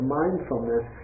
mindfulness